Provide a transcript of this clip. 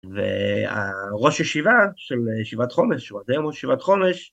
וראש הישיבה של הישיבת חומש הוא עדיין ראש הישיבת חומש